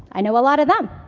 i know a lot of them.